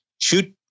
shoot